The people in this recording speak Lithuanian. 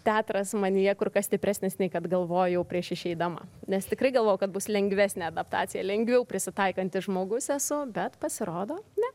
teatras manyje kur kas stipresnis nei kad galvojau prieš išeidama nes tikrai galvojau kad bus lengvesnė adaptacija lengviau prisitaikantis žmogus esu bet pasirodo ne